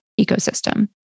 ecosystem